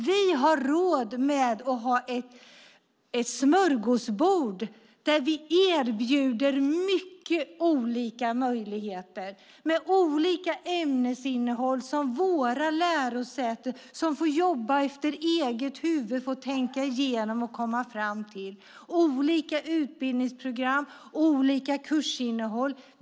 Vi har råd att ha ett smörgåsbord där vi erbjuder många olika möjligheter med olika ämnesinnehåll som våra lärosäten, som får jobba efter eget huvud, får tänka igenom och komma fram till. Det handlar om olika utbildningsprogram och olika kursinnehåll.